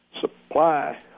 supply